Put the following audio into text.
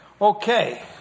Okay